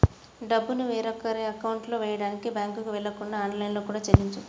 డబ్బుని వేరొకరి అకౌంట్లో వెయ్యడానికి బ్యేంకుకి వెళ్ళకుండా ఆన్లైన్లో కూడా చెల్లించొచ్చు